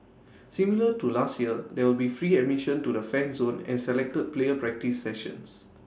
similar to last year there will be free admission to the fan zone and selected player practice sessions